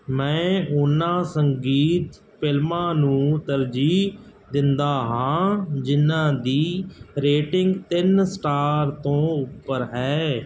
ਮੈਂ ਉਹਨਾਂ ਸੰਗੀਤ ਫਿਲਮਾਂ ਨੂੰ ਤਰਜੀਹ ਦਿੰਦਾ ਹਾਂ ਜਿਨ੍ਹਾਂ ਦੀ ਰੇਟਿੰਗ ਤਿੰਨ ਸਟਾਰ ਤੋਂ ਉੱਪਰ ਹੈ